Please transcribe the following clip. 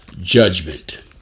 judgment